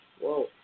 Whoa